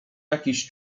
jakiś